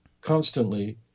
constantly